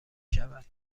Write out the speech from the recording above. شود